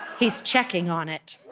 he's checking on it.